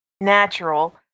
natural